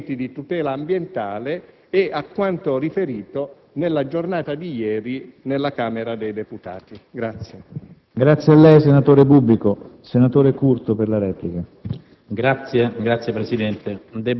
in ordine ai procedimenti di tutela ambientale e quanto riferito nella giornata di ieri presso la Camera dei deputati.